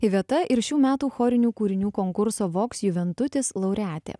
iveta ir šių metų chorinių kūrinių konkurso voks juventutis laureatė